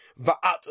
Vaat